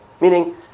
meaning